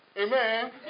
Amen